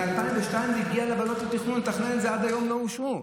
ב-2002 הגיע להבנות עם התכנון לתכנן את זה ועד היום הן לא אושרו.